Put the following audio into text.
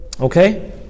Okay